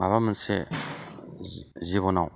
माबा मोनसे जिब'नाव